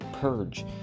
Purge